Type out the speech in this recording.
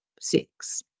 six